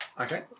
Okay